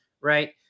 Right